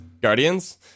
guardians